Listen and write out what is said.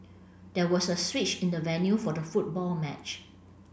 there was a switch in the venue for the football match